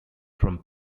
from